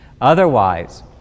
Otherwise